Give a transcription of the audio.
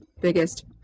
biggest